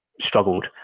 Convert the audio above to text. struggled